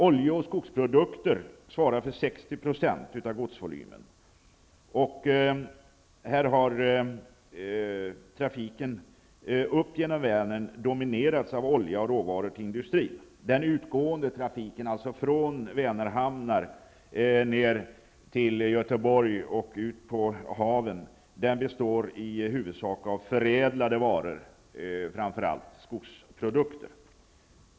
Olje och skogsprodukter svarar för 60 % av godsvolymen, och trafiken upp genom Vänern har dominerats av olja och råvaror till industrin. Den utgående trafiken, dvs. från Vänerhamnar ner till Göteborg och ut på haven, består i huvudsak av förädlade varor, framför allt skogsprodukter.